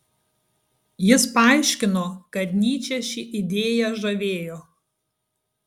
jis paaiškino kad nyčę ši idėja žavėjo